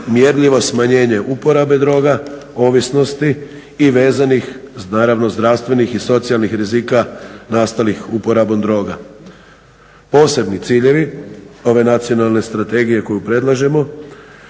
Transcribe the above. mjerljivo smanjenje uporabe droga, ovisnosti i vezanih naravno zdravstvenih i socijalnih rizika nastalih uporabom droga. Posebni ciljevi ove nacionalne strategije koju predlažemo,